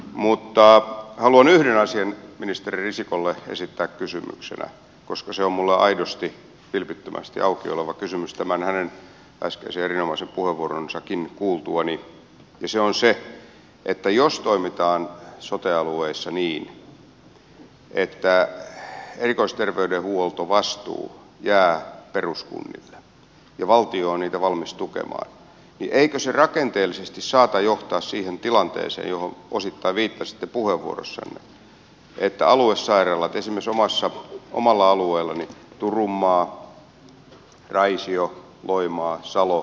mutta haluan yhden asian ministeri risikolle esittää kysymyksenä koska se on minulle aidosti vilpittömästi auki oleva kysymys tämän hänen äskeisen erinomaisen puheenvuoronsakin kuultuani ja se on se että jos toimitaan sote alueessa niin että erikoisterveydenhuoltovastuu jää peruskunnille ja valtio on niitä valmis tukemaan niin eikö se rakenteellisesti saata johtaa siihen tilanteeseen johon osittain viittasitte puheenvuorossanne että aluesairaalat esimerkiksi omalla alueellani turunmaa raisio loimaa salo uusikaupunki ja niin edelleen